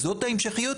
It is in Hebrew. זאת ההמשכיות?